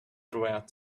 throughout